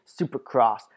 Supercross